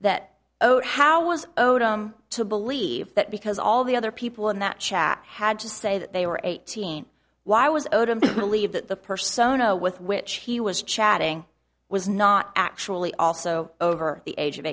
that oh how was odom to believe that because all the other people in that chat had to say that they were eighteen why was odom believe that the persona with which he was chatting was not actually also over the age of